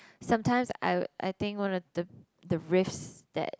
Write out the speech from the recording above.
sometimes I'll I think one of the the risks that